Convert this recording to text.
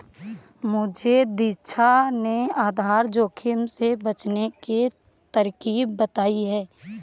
मुझे दीक्षा ने आधार जोखिम से बचने की तरकीब बताई है